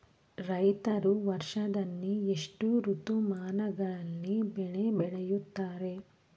ರೈತರು ವರ್ಷದಲ್ಲಿ ಎಷ್ಟು ಋತುಮಾನಗಳಲ್ಲಿ ಬೆಳೆ ಬೆಳೆಯುತ್ತಾರೆ?